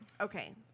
Okay